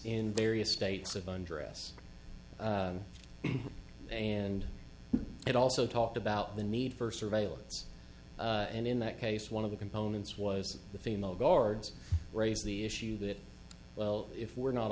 in various states of undress and it also talked about the need for surveillance and in that case one of the components was the female guards raise the issue that well if we're not